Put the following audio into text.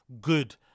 good